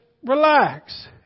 relax